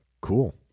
cool